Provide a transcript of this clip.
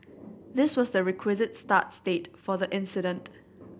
this was the requisite start state for the incident